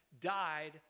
died